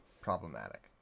problematic